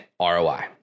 ROI